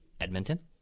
Edmonton